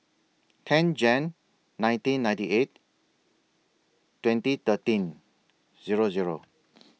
ten Jan nineteen ninety eight twenty thirteen Zero Zero